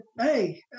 hey